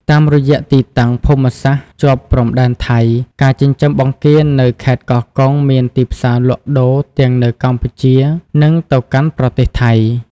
តាមរយៈទីតាំងភូមិសាស្ត្រជាប់ព្រំដែនថៃ ការចិញ្ចឹមបង្គានៅខេត្តកោះកុងមានទីផ្សារលក់ដូរទាំងនៅកម្ពុជា និងទៅកាន់ប្រទេសថៃ។